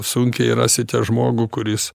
sunkiai rasite žmogų kuris